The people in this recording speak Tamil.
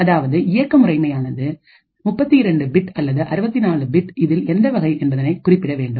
அதாவது இயக்க முறைமையானது 32 பிட் அல்லது 64 பிட் இதில் எந்த வகை என்பதனைக் குறிப்பிட வேண்டும்